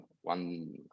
one